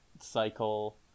cycle